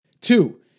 Two